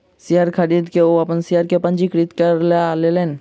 share खरीद के ओ अपन शेयर के पंजीकृत करा लेलैन